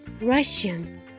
Russian